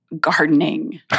gardening